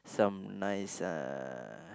some nice uh